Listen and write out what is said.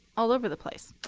all over the place.